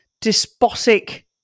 despotic